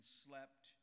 slept